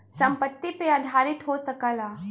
संपत्ति पे आधारित हो सकला